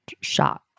Shot